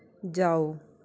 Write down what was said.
ਜਾਓ